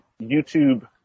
YouTube